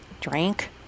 Drank